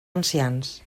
ancians